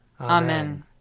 Amen